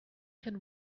can